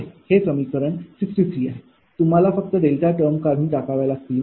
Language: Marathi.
हे समीकरण 63 आहे तुम्हाला फक्त डेल्टा टर्म काढून टाकाव्या लागतील